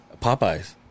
Popeye's